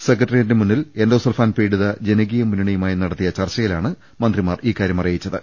സെക്രട്ടേറിയറ്റിന് മുന്നിൽ എൻഡോസൾഫാൻ പീഡിത ജനകീയ മുന്നണിയുമായി നട ത്തിയ ചർച്ചയിലാണ് മന്ത്രിമാർ ഇക്കാര്യം അറിയിച്ചത്